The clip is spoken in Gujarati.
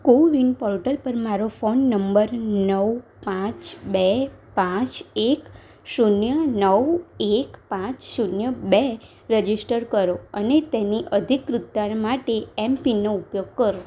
કોવિન પોર્ટલ પર મારો ફોન નંબર નવ પાંચ બે પાંચ એક શૂન્ય નવ એક પાંચ શૂન્ય બે રજિસ્ટર કરો અને તેની અધિકૃતતા માટે એમપીનનો ઉપયોગ કરો